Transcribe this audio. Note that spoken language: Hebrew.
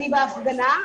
אני בהפגנה.